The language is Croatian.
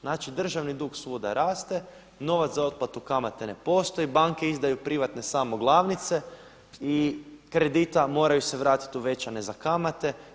Znači državni dug svuda raste, novac za otplatu kamate ne postoji, banke izdaju privatne samo glavnice i kredita, moraju se vratiti uvećane za kamate.